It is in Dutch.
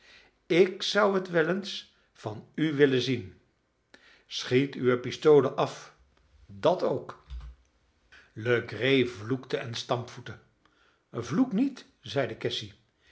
ik zou het wel eens van u willen zien schiet uwe pistolen af dat ook legree vloekte en stampvoette vloek niet zeide cassy